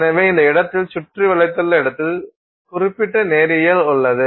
எனவே இந்த இடத்தில் சுற்றி வளைத்துள்ள இடத்தில் குறிப்பிட்ட நேரியல் உள்ளது